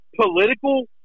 political